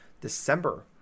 December